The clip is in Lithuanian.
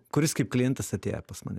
kuris kaip klientas atėjo pas mane